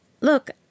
Look